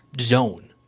zone